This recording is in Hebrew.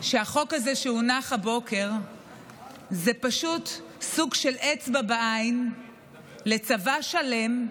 שהחוק הזה שהונח הבוקר הוא פשוט סוג של אצבע בעין לצבא שלם,